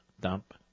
dump